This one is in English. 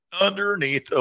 underneath